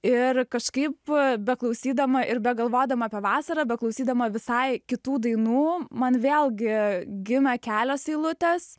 ir kažkaip beklausydama ir begalvodama apie vasarą beklausydama visai kitų dainų man vėlgi gimė kelios eilutės